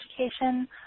education